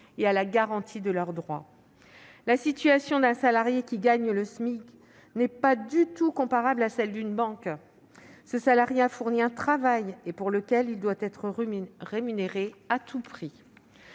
et à la garantie de leurs droits. La situation d'un salarié qui gagne le SMIC n'est pas du tout comparable à celle d'une banque. Ce salarié a fourni un travail, pour lequel il doit être rémunéré à tout prix.